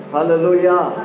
Hallelujah